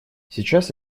сейчас